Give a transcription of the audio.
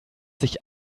sich